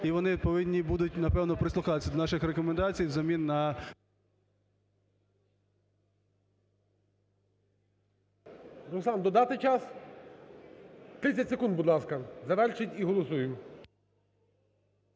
і вони повинні будуть, напевно, прислухатися до наших рекомендацій взамін на…